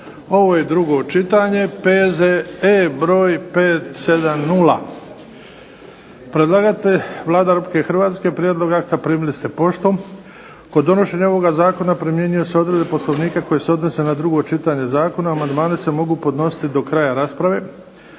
drugo čitanje, P.Z.E. br. 570. Predlagatelj Vlada Republike Hrvatske, prijedlog akta primili ste poštom. Kod donošenja ovog Zakona primjenjuju se odredbe Poslovnika koji se odnose na drugo čitanje Zakona, amandmani se mogu podnositi do kraja rasprave.